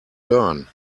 learn